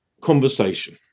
conversation